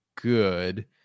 Good